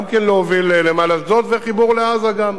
גם כן להוביל, לנמל אשדוד, וחיבור לעזה גם.